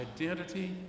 identity